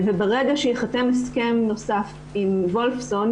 ברגע שייחתם הסכם נוסף עם וולפסון,